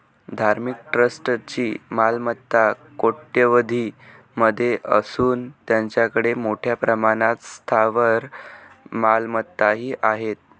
धार्मिक ट्रस्टची मालमत्ता कोट्यवधीं मध्ये असून त्यांच्याकडे मोठ्या प्रमाणात स्थावर मालमत्ताही आहेत